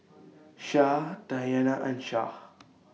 Syah Dayana and Shah